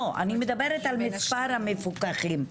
לא, אני מדברת על מספר המפוקחים.